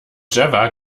java